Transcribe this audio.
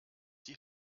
die